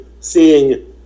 seeing